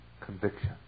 conviction